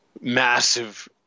massive